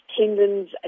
tendons